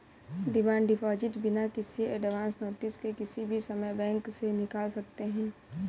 demand deposit बिना किसी advance notice के किसी भी समय बैंक से निकाल सकते है